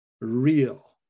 real